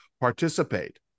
participate